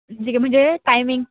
ठीक आहे म्हणजे टायमिंग